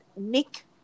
Nick